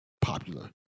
popular